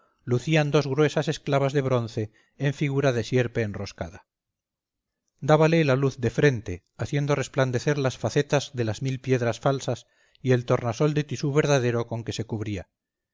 lucían dos gruesas esclavas de bronce en figura de sierpe enroscada dábale la luz de frente haciendo resplandecer las facetas de las mil piedras falsas y el tornasol de tisú verdadero con que se cubría